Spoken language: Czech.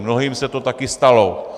Mnohým se to taky stalo.